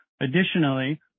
Additionally